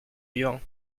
vivant